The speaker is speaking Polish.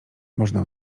można